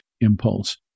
impulse